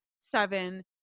seven